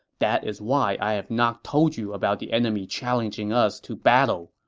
that is why i have not told you about the enemy challenging us to battle,